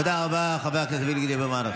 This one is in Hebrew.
תודה רבה, חבר הכנסת אביגדור ליברמן.